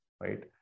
right